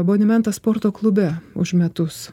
abonementas sporto klube už metus